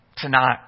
Tonight